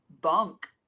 bunk